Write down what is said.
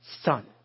Son